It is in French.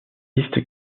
existe